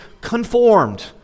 conformed